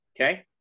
Okay